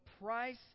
price